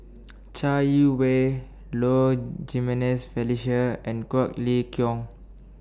Chai Yee Wei Low Jimenez Felicia and Quek Ling Kiong